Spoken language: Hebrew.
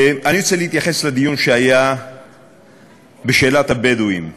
אני רוצה להתייחס לדיון שהיה בשאלת הבדואים בנגב.